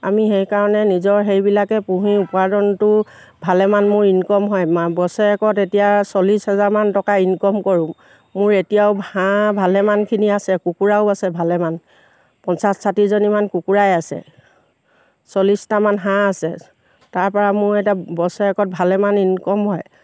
আমি সেইকাৰণে নিজৰ সেইবিলাকে পুহি উপাৰ্জনটো ভালেমান মোৰ ইনকম হয় বছৰেকত এতিয়া চল্লিছ হোজাৰমান টকা ইনকম কৰোঁ মোৰ এতিয়াও হাঁহ ভালেমানখিনি আছে কুকুৰাও আছে ভালেমান পঞ্চাছ ষাঠিজনীমান কুকুৰাই আছে চল্লিছটামান হাঁহ আছে তাৰপৰা মোৰ এতিয়া বছৰেকত ভালেমান ইনকম হয়